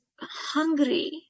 hungry